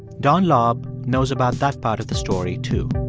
don laub knows about that part of the story, too.